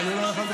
אבל הוא לא יכול,